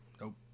nope